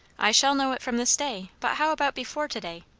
i shall know it from this day but how about before to-day?